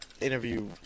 interview